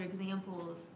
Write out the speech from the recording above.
examples